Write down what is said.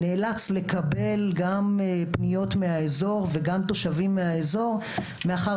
נאלץ לקבל גם פניות מהאזור וגם תושבים מהאזור מאחר